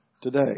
today